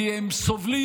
כי הם סובלים,